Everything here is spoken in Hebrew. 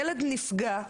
ילד נפגע,